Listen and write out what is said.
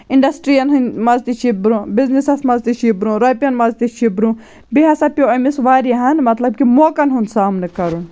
اِنڈَسٹِرٛیَن ہٕنٛدۍ منٛز تہِ چھِ یہِ برٛۄنٛہہ بِزنِسَس منٛز تہِ چھِ یہِ برٛونٛہہ رۄپیَن منٛز تہِ چھِ یہِ برٛونٛہہ بیٚیہِ ہَسا پیٚو أمِس واریاہَن مطلب کہِ موقعن ہُنٛد سامنہٕ کَرُن